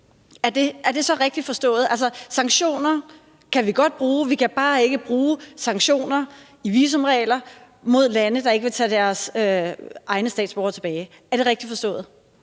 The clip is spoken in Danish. Er det rigtigt forstået? Sanktioner kan vi godt bruge; vi kan bare ikke bruge sanktioner i forhold til visumregler mod lande, der ikke vil tage deres egne statsborgere tilbage. Er det rigtigt forstået?